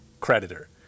creditor